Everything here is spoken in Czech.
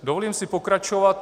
Dovolím si pokračovat.